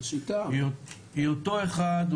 היא אותו אחד,